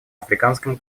африканском